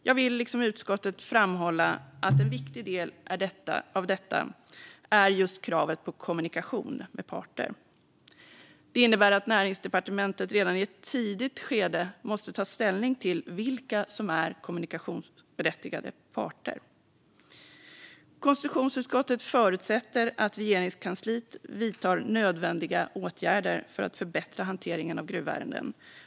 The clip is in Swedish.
Jag vill liksom utskottet framhålla att en viktig del i detta är just kravet på kommunikation med parter. Det innebär att Näringsdepartementet redan i ett tidigt skede måste ta ställning till vilka som är kommunikationsberättigade parter. Konstitutionsutskottet förutsätter att Regeringskansliet vidtar nödvändiga åtgärder för att förbättra hanteringen av gruvärenden.